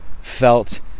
felt